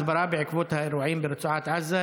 מערך ההסברה בעקבות האירועים ברצועת עזה,